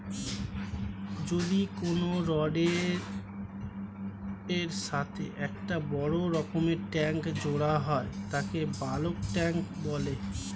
যদি কোনো রডের এর সাথে একটা বড় রকমের ট্যাংক জোড়া হয় তাকে বালক ট্যাঁক বলে